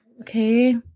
okay